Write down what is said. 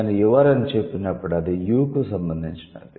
నేను 'యువర్' అని చెప్పినప్పుడు అది 'యు' కు సంబంధించినది